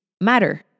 matter